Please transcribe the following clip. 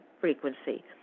frequency